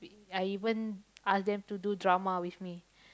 I even asked them to do drama with me